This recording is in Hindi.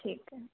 ठीक है